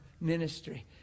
ministry